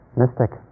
mystic